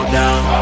down